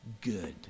good